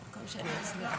כמה שאני אצליח.